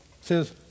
says